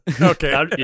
Okay